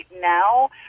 now